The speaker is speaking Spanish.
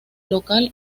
local